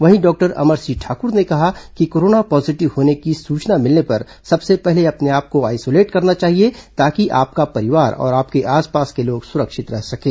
वहीं डॉक्टर अमर सिंह ठाकुर ने कहा कि कोरोना पॉजीटिव होने की सूचना मिलने पर सबसे पहले अपने आप को आइसोलेट करना चाहिए ताकि आपका परिवार और आपके आसपास के लोग सुरक्षित रह सकें